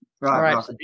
right